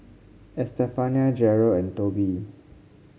Estefania Jerel and Tobe